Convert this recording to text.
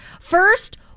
First